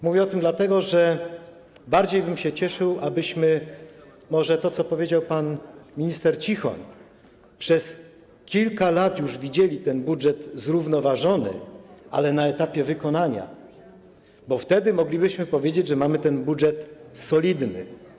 Mówię o tym dlatego, że bardziej bym się cieszył, gdybyśmy może - to, co powiedział pan minister Cichoń - przez kilka lat już widzieli ten budżet zrównoważony, ale na etapie wykonania, bo wtedy moglibyśmy powiedzieć, że mamy ten budżet solidny.